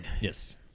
Yes